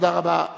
תודה רבה.